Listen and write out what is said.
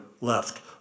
left